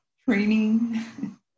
training